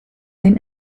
den